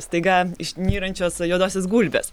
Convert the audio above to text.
staiga išnyrančios juodosios gulbės